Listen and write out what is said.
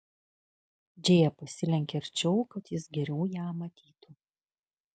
džėja pasilenkė arčiau kad jis geriau ją matytų